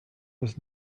was